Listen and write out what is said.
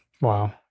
Wow